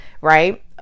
right